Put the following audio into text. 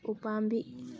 ꯎꯄꯥꯝꯕꯤ